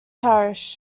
parish